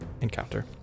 encounter